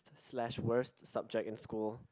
slash worst subject in school